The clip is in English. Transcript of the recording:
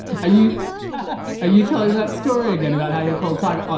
you um you telling that story again about how you're called tiger?